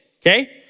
okay